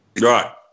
Right